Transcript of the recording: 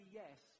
yes